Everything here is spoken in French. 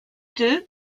deux